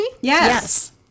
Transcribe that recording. Yes